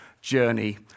journey